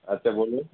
আচ্ছা বলুন